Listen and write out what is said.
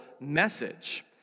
message